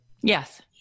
Yes